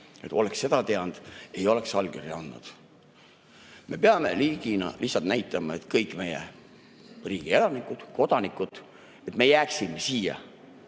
et oleks seda teadnud, ei oleks allkirja andnud. Me peame riigina lihtsalt näitama, et kõik meie riigi elanikud, kodanikud, me jääme siia